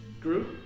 group